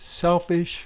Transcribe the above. selfish